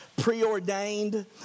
preordained